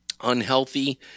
unhealthy